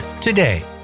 today